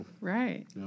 Right